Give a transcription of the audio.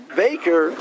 baker